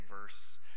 verse